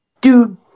Dude